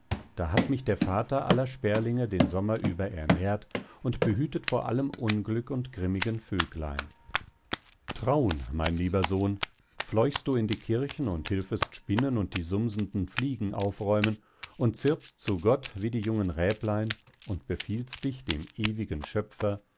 da hat mich der vater aller sperlinge den sommer über ernährt und behütet vor allem unglück und grimmigen vögeln traun mein lieber sohn fleuchst du in die kirchen und hilfest spinnen und die sumsenden fliegen aufräumen und zirpst zu gott wie die jungen räblein und befiehlst dich dem ewigen schöpfer